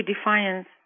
Defiance